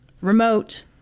remote